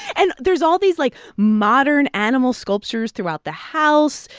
and there's all these, like, modern animal sculptures throughout the house.